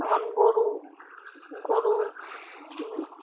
যেমন গরু গরু